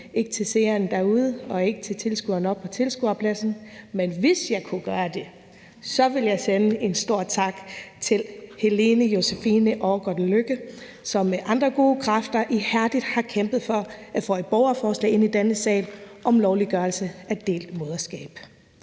ikke til seerne derude og ikke til tilskuerne oppe på tilskuerpladsen. Men hvis jeg kunne gøre det, ville jeg sende en stor tak til Helene Josefine Aagaard Lykke, som sammen med andre gode kræfter ihærdigt har kæmpet for at få et borgerforslag ind i denne sal om lovliggørelse af delt moderskab.